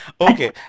okay